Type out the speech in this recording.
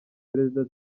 perezida